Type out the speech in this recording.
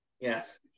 Yes